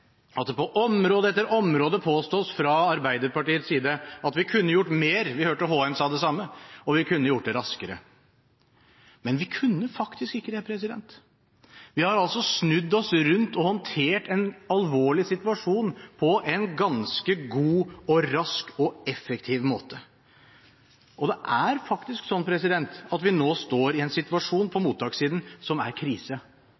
at det på område etter område påstås fra Arbeiderpartiets side at vi kunne gjort mer – vi hørte Håheim sa det samme – og at vi kunne gjort det raskere. Men vi kunne faktisk ikke det. Vi har altså snudd oss rundt og håndtert en alvorlig situasjon på en ganske god, rask og effektiv måte. Det er faktisk sånn at vi nå står i en krisesituasjon på mottakssiden.